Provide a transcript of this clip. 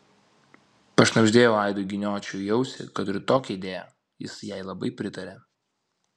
pašnabždėjau aidui giniočiui į ausį kad turiu tokią idėją jis jai labai pritarė